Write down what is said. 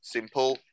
Simple